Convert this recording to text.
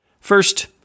First